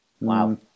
Wow